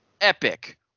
Epic